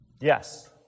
Yes